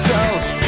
South